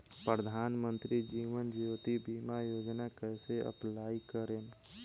प्रधानमंत्री जीवन ज्योति बीमा योजना कैसे अप्लाई करेम?